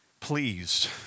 please